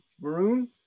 Maroon